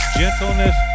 gentleness